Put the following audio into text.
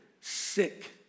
sick